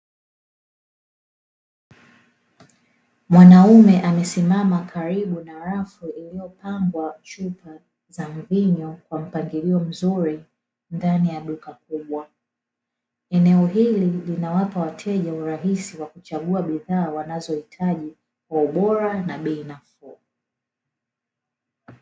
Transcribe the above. Mwanaume amesimama karibu na rafu iliyopangwa chupa za mvinyo kwa mpangilio mzuri ndani ya duka kubwa. Eneo hili linawapa wateja urahisi wa kuchagua bidhaa wanazohitaji kwa ubora na bei nafuu.